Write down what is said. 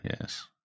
yes